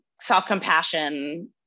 self-compassion